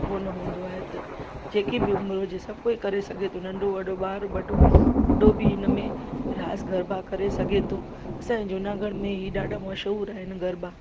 कोन हूंदो आहे त जेकी बि उमिरि हूजे सभु कोई करे सघे थो नंढो वॾो ॿार बढो ॿुढो बि हिन में रास गरबा करे सघे थो असांजे जूनागढ़ में ई ॾाढा मशहूर आहिनि गरबा